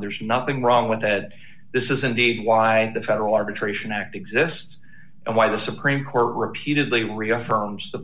there's nothing wrong with that this is indeed why the federal arbitration act exists and why the supreme court repeatedly reaffirms the